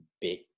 big